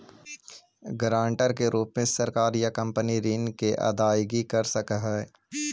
guarantor के रूप में सरकार या कंपनी ऋण के अदायगी कर सकऽ हई